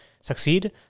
succeed